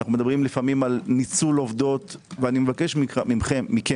מדברים לפעמים ניצול עובדות ואני מבקש מכם,